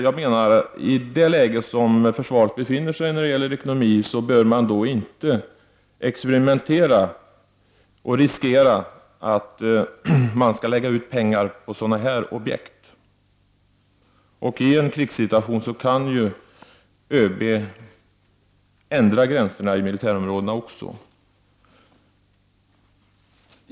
Jag menar att i det läge som försvaret befinner sig i när det gäller ekonomi bör man inte experimentera och riskera att lägga ut pengar på sådana här objekt. Därtill kommer att ÖB i en krigssituation kan ändra gränserna för militärområdena.